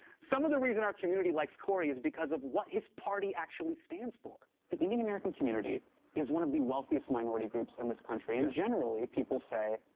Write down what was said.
some of the reason our community likes cory is because of what his party actually stands for. the indian american community is one of the wealthiest minority groups in this country and generally, people say,